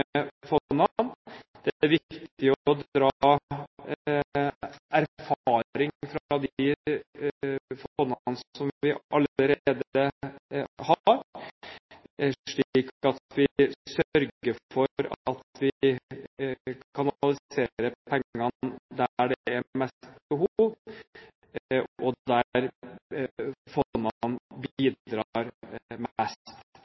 er viktig å dra erfaring fra de fondene som vi allerede har, slik at vi sørger for at vi kanaliserer pengene der det er mest behov, og der fondene bidrar mest. Når det